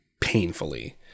painfully